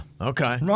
Okay